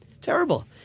Terrible